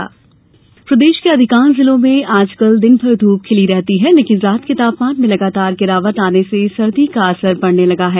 मौसम प्रदेश के अधिकांश जिलों में इन दिनों दिनभर धूप खिली रहती है लेकिन रात के तापमान में लगातार गिरावट आने से सर्दी का असर बढ़ने लगा है